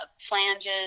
flanges